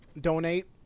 Donate